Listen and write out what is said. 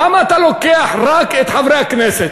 למה אתה לוקח רק את חברי הכנסת?